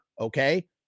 okay